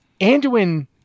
Anduin